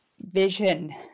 vision